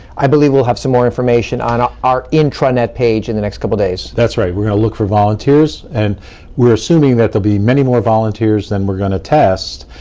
i believe we'll have some more information on ah our intranet page in the next couple days. that's right, we're gonna look for volunteers, and we're assuming that there'll be many more volunteers that we're gonna test,